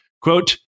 quote